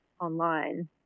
online